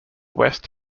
west